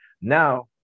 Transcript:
now